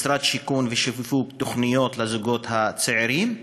משרד השיכון ושיווק תוכניות לזוגות הצעירים,